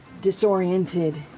Disoriented